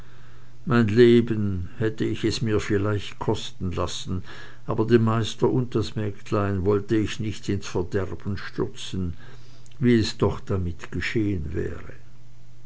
mein leben hätt ich es mir vielleicht kosten lassen aber den meister und das mägdlein wollt ich nicht ins verderben stürzen wie es doch damit geschehen wäre